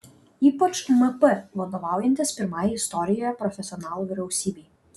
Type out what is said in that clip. ypač mp vadovaujantis pirmajai istorijoje profesionalų vyriausybei